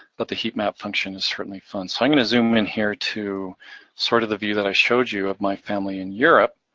but the heat map function is certainly fun. so i'm gonna zoom in here to sort of the view that i showed you of my family in europe.